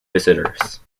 visitors